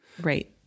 Right